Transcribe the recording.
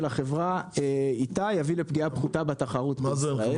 החברה איתה יביא לפגיעה פחותה בתחרות בישראל.